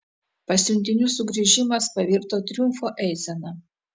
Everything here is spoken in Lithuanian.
pasiuntinių sugrįžimas pavirto triumfo eisena